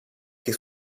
que